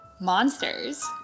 Monsters